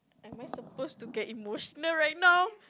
am I supposed to get emotional right now